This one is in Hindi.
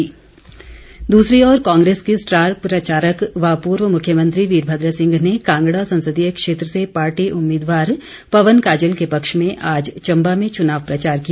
वीरभद्र सिंह दूसरी ओर कांग्रेस के स्टार प्रचारक व पूर्व मुख्यमंत्री वीरभद्र सिंह ने कांगड़ा संसदीय क्षेत्र से पार्टी उम्मीदवार पवन काजल के पक्ष में आज चम्बा में चुनाव प्रचार किया